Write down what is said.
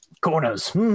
corners